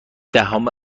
دهم